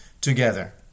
together